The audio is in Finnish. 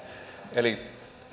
eli